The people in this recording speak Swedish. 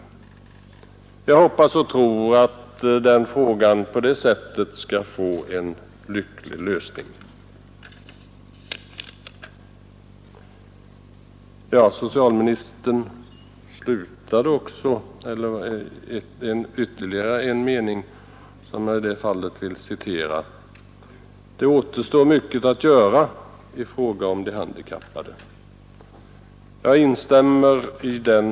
Jag förutsätter att frågan på det sättet skall få en lycklig lösning. Det är ytterligare en mening i socialministerns anförande som jag i det fallet vill citera: ”Det återstår mycket att göra i fråga om de handikappade.” Jag instämmer i det.